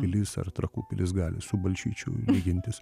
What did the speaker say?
pilis ar trakų pilis gali su balčyčiu lygintis